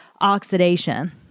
oxidation